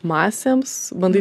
masėms bandai